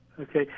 Okay